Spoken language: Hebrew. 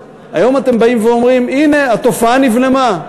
הנה, התופעה נבלמה.